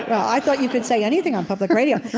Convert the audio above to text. i thought you could say anything on public radio.